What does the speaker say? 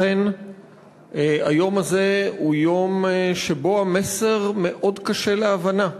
אכן היום הזה הוא יום שבו המסר מאוד קשה להבנה,